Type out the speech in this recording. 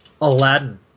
Aladdin